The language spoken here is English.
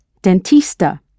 dentista